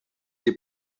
les